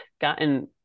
gotten